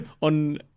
on